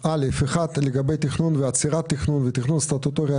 לגבי התכנון, עצירת התכנון והתכנון הסטטוטורי,